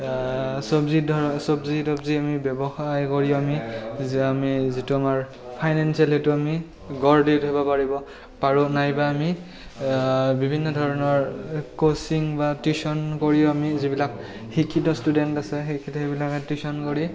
চবজি ধৰ চবজি তবজি আমি ব্যৱসায় কৰি য আমি যিটো আমাৰ ফাইনেন্সিয়েল এইটো আমি গঢ় দি উঠাব পাৰিব পাৰোঁ নাইবা আমি বিভিন্ন ধৰণৰ কোচিং বা টিউশ্য়ন কৰি আমি যিবিলাক শিক্ষিত ষ্টুডেণ্ট আছে সেইবিলাকে টিউশ্য়ন কৰি